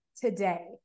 today